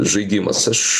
žaidimas aš